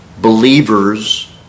believers